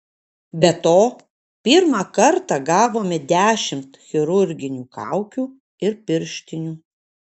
be to pirmą kartą gavome dešimt chirurginių kaukių ir pirštinių